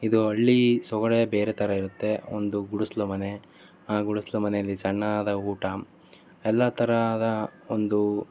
ಇದು ಹಳ್ಳೀ ಸೊಗಡೆ ಬೇರೆ ಥರ ಇರುತ್ತೆ ಒಂದು ಗುಡಿಸಲು ಮನೆ ಆ ಗುಡಿಸಲು ಮನೆಯಲ್ಲಿ ಸಣ್ಣದಾದ ಊಟ ಎಲ್ಲ ಥರದ ಒಂದು